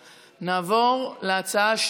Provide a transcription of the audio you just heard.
נתקבלה.